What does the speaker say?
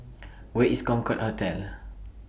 Where IS Concorde Hotel